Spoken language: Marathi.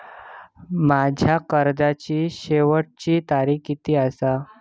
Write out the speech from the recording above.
माझ्या कर्जाची शेवटची तारीख किती आसा?